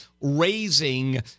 raising